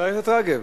חברת הכנסת רגב,